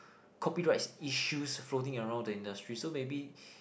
copyrights issues floating around in the industry so maybe